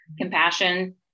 compassion